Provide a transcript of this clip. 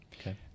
Okay